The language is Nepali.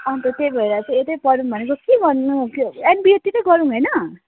अन्त त्यही भएर चाहिँ यतै पढौँ भनेको के गर्नु एनबियूतिरै गरौँ होइन